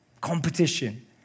competition